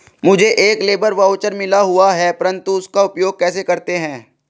मुझे एक labour voucher मिला हुआ है परंतु उसका उपयोग कैसे करते हैं?